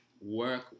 work